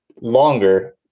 longer